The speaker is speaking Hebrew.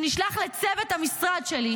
שנשלח לצוות המשרד שלי,